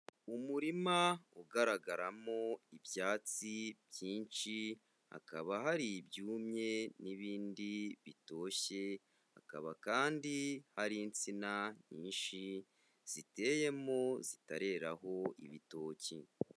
Umurima ugaragaramo ibyatsi byinshi, hakaba hari ibyumye n'ibindi bitoshye, hakaba kandi hari insina nyinshi ziteyemo zitareraho ibitoki.